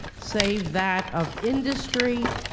save that of industry,